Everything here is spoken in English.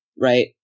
Right